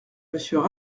monsieur